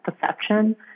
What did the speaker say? perception